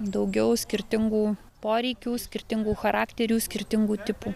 daugiau skirtingų poreikių skirtingų charakterių skirtingų tipų